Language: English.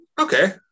okay